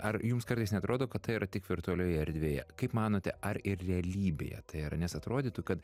ar jums kartais neatrodo kad tai yra tik virtualioje erdvėje kaip manote ar ir realybėje tai yra nes atrodytų kad